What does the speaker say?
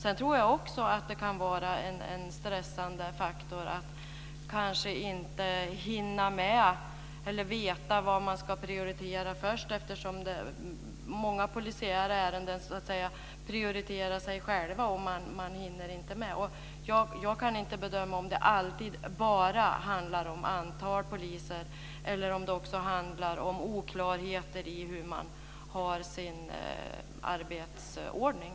Sedan tror jag också att det kan vara en stressande faktor att man inte hinner med eller vet vad man ska prioritera först. Många polisiära ärenden prioriterar så att säga sig själva. Man hinner inte med. Jag kan inte bedöma om det alltid bara handlar om antalet poliser eller om det också handlar om oklarheter i hur man har sin arbetsordning.